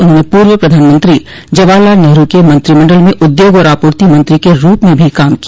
उन्होंने पूर्व प्रधानमंत्री जवाहर लाल नेहरु के मंत्रिमंडल में उद्योग और आपूर्ति मंत्री के रूप में भी काम किया